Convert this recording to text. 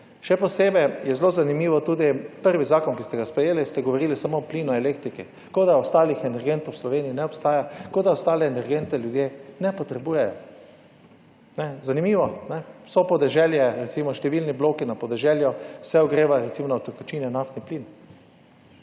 Še posebej je zelo zanimivo. Prvi zakon, ki ste ga sprejeli ste govorili samo o plinu, elektrike kot da ostalih energentov v Sloveniji ne obstaja, kot da ostali energenti ljudje ne potrebujejo, zanimivo. Vso podeželje recimo številni bloki na podeželju se ogrevajo recimo na utekočinjen naftni plin.